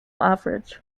average